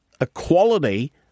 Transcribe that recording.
equality